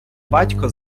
батько